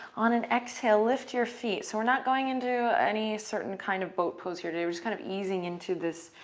on an exhale, lift your feet. so we're not going into any certain kind of boat pose here today. we're just kind of easing into this